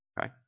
Okay